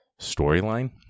storyline